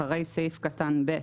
אחרי סעיף קטן (ב)